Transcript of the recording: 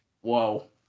Whoa